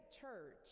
church